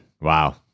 Wow